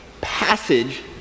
passage